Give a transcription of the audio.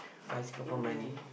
by Singapore money